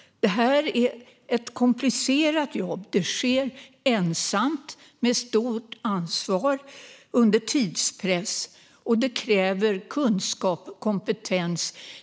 Det är ett komplicerat jobb. Det sker ensamt med stort ansvar under tidspress, och det kräver kunskap och kompetens.